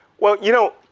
well you know,